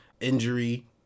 injury